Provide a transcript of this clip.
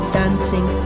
dancing